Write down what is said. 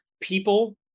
people